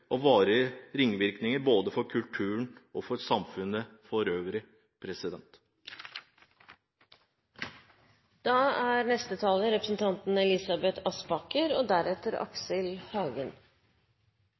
mest varige ringvirkninger både for kulturen og for samfunnet for øvrig. Takk til sakens ordfører og